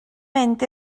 mynd